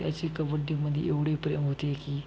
त्याचे कबड्डीमध्ये एवढे प्रेम होते की